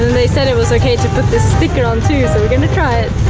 they said it was ok to put this sticker on too. so we're going to try it.